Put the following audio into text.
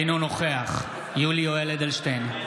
אינו נוכח יולי יואל אדלשטיין,